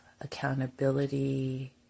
accountability